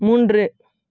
மூன்று